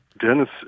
Dennis